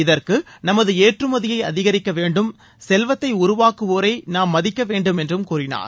இதற்கு நமது ஏற்றுமதியை அதிகிக்க வேண்டும் செல்வத்தை உருவாக்குவோரை நாம் மதிக்க வேண்டும் என்றும் கூறினார்